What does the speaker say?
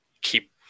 keep